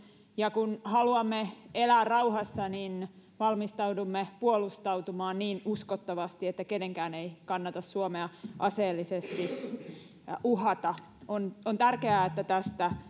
ja kun haluamme elää rauhassa niin valmistaudumme puolustautumaan niin uskottavasti että kenenkään ei kannata suomea aseellisesti uhata on on tärkeää että tästä